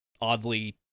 oddly